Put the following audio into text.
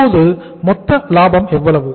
இப்போது மொத்த லாபம் எவ்வளவு